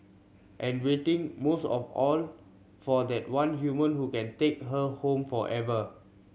and waiting most of all for that one human who can take her home forever